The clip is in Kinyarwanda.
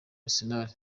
arsenal